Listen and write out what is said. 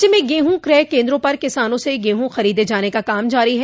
राज्य में गेहूँ क्रय केन्द्रों पर किसानों से गेहूँ खरीदे जाने का काम जारी है